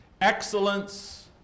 excellence